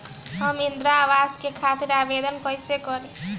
हम इंद्रा अवास के खातिर आवेदन कइसे करी?